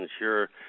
ensure